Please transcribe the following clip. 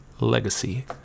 legacy